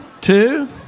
two